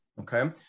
okay